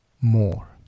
more